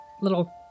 little